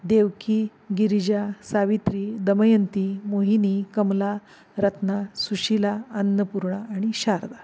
देवकी गिरीजा सावित्री दमयंती मोहिनी कमला रत्ना सुशिला अन्नपूर्णा आणि शारदा